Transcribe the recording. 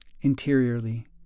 Interiorly